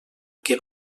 que